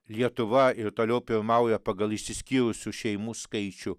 lietuva ir toliau pirmauja pagal išsiskyrusių šeimų skaičių